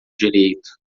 direito